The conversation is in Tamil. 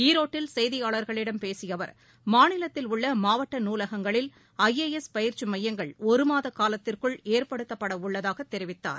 ஈரோட்டில் செய்தியாளர்களிடம் பேசியஅவர் மாநிலத்தில் உள்ளமாவட்டநூலகங்களில் ஐ ஏ எஸ் பயிற்சிமையங்கள் ஒருமாதகாலத்திற்குள் ஏற்படுத்தப்படவுள்ளதாகதெரிவித்தார்